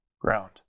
ground